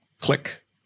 click